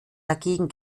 dagegen